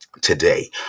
today